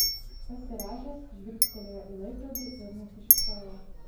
pasirąžęs žvilgtelėjo į laikrodį ir nusišypsojo